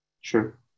Sure